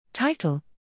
Title